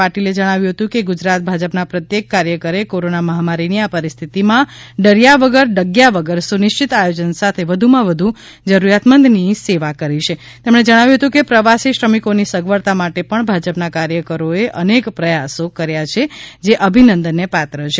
પાટિલે જણાવ્યું હતું કે ગુજરાત ભાજપના પ્રત્યેક કાર્યકરે કોરોના મહામારીની આ પરિસ્થિતિમાં ડર્યા વગર ડગ્યા વગર સુનિશ્ચિત આયોજન સાથે વધુમાં વધુ જરૂરિયાતમંદની સેવા કરી છે તેમણે જણાવ્યું હતું કે પ્રવાસી શ્રમિકોની સગવડતા માટે પણ ભાજપના કાર્યકરોએ અનેક પ્રયાસો કર્યા છે જે અભિનંદનને પાત્ર છે